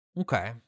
Okay